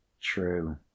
true